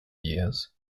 years